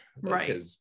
Right